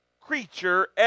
creature